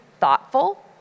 thoughtful